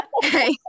Okay